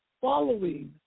following